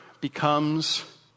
becomes